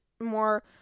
more